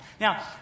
Now